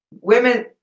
women